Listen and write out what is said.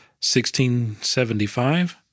1675